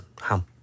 ham